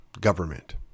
government